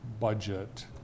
budget